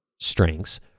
strengths